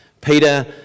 Peter